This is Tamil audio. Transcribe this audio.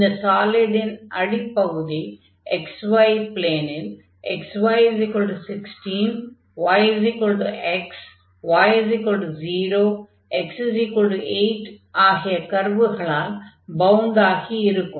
இந்த சாலிடின் அடிப் பகுதி xy ப்ளேனில் xy16 y x y 0 x 8 ஆகிய கர்வுகளால் பவுண்டாகி இருக்கும்